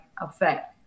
effect